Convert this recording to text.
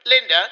Linda